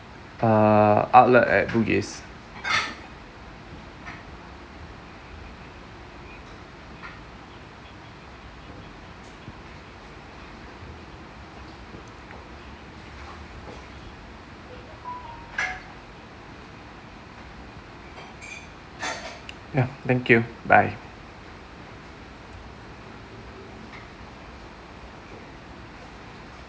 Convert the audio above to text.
uh outlet at bugis yeah thank you bye